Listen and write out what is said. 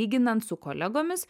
lyginant su kolegomis